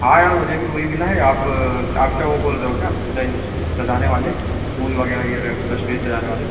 हाँ यार मुझे भी वही मिला है आप आप क्या वो बोल रहे हो क्या हं अपना ये सजाने वाले फूल वगैरह ये रहे पूरा इस्टेज सजाने वाले